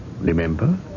Remember